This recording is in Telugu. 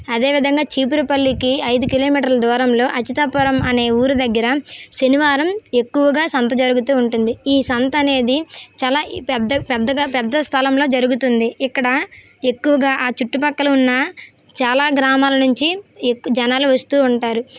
అదే విధంగా చీపురుపల్లికి ఐదు కిలోమీటర్ల దూరంలో అచ్యుతాపురం అనే ఊరు దగ్గర శనివారం ఎక్కువగా సంత జరుగుతూ ఉంటుంది ఈ సంత అనేది చాలా ఈ పెద్దగా పెద్దగా పెద్ద స్థలంలో జరుగుతుంది ఇక్కడ ఎక్కువగా ఆ చుట్టు ప్రక్కల ఉన్న చాలా గ్రామాల నుంచి ఎక్కువ జనాలు వస్తూ ఉంటారు